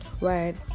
right